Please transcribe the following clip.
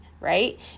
right